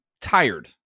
tired